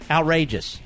Outrageous